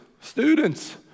students